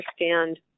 understand